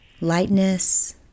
lightness